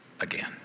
Again